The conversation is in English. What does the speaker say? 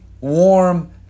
warm